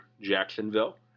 Jacksonville